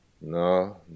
No